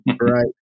right